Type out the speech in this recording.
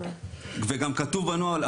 וגם כתוב בנוהל,